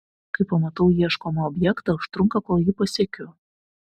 kai pamatau ieškomą objektą užtrunka kol jį pasiekiu